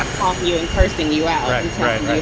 ah call you and cursing you out. and like